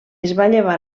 llevar